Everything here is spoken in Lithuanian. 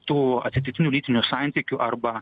tų atsitiktinių lytinių santykių arba